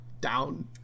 Down